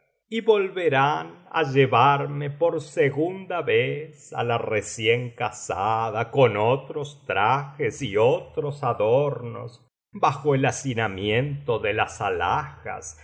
y volverán á llevarme por segunda vez á la recién casada con otros trajes y otros adornos bajo el hacinamiento de las alhajas